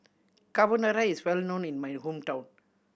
Carbonara is well known in my hometown